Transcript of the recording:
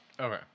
Okay